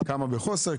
כמה בחוסר?